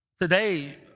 Today